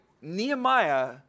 Nehemiah